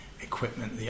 equipment